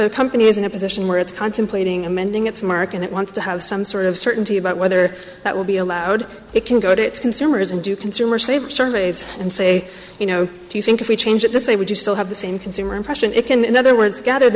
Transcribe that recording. a company is in a position where it's contemplating amending its mark and it wants to have some sort of certainty about whether that will be allowed it can go to its consumers and do consumer save surveys and say you know do you think if we change it this way would you still have the same consumer impression it can in other words gather